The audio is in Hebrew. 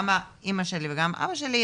גם אמא שלי וגם אבא שלי,